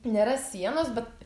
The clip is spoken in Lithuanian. nėra sienos bet